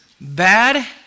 bad